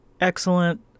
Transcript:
excellent